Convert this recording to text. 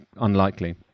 unlikely